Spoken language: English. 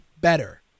better